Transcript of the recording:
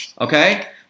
okay